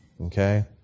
Okay